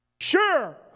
Sure